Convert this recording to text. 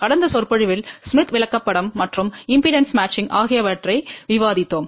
கடந்த சொற்பொழிவில் ஸ்மித் விளக்கப்படம் மற்றும் மின்மறுப்பு பொருத்தம் ஆகியவற்றை ஆரம்பித்தோம்